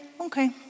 Okay